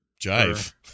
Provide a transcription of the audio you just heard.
jive